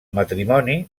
matrimoni